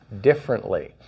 differently